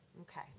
Okay